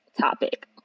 topic